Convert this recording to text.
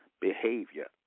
behavior